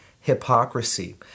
hypocrisy